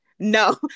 no